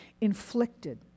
inflicted